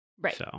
Right